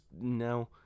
No